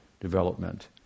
development